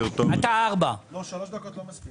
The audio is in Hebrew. לא יספיקו לו שלוש דקות.